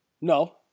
No